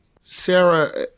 sarah